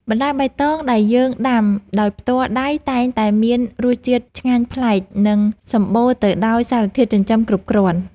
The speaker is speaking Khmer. បន្លែបៃតងដែលយើងដាំដោយផ្ទាល់ដៃតែងតែមានរសជាតិឆ្ងាញ់ប្លែក និងសម្បូរទៅដោយសារធាតុចិញ្ចឹមគ្រប់គ្រាន់។